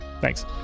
Thanks